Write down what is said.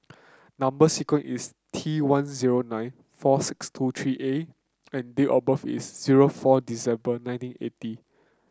number sequence is T one zero nine four six two three A and date of birth is zero four December nineteen eighty